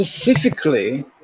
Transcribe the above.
specifically